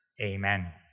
amen